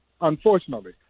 unfortunately